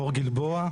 מור גלבוע.